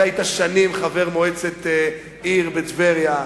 אתה היית שנים חבר מועצת עיר בטבריה,